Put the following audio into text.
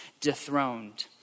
dethroned